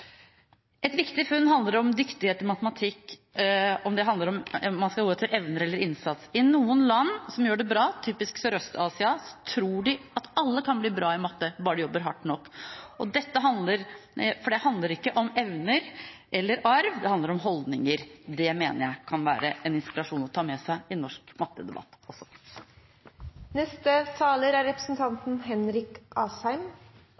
Et viktig funn dreier seg om dyktighet i matematikk – om man skal gå etter evner eller innsats. I noen land som gjør det bra, typisk Sørøst-Asia, tror de at alle kan bli bra i matte, bare de jobber hardt nok, for det handler ikke om evner eller arv, det handler om holdninger. Det mener jeg kan være en inspirasjon å ta med seg i norsk mattedebatt